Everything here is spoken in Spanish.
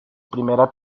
primera